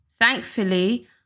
Thankfully